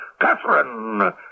Catherine